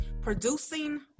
producing